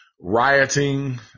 rioting